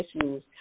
issues